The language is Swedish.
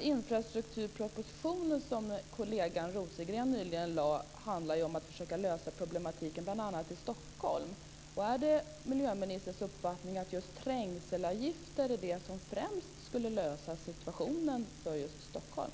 Infrastrukturpropositionen, som miljöministerns kollega Rosengren nyligen lade, handlar om att försöka lösa problematiken bl.a. i Stockholm. Är det miljöministerns uppfattning att just trängselavgifter är det som främst skulle lösa situationen för just Stockholm?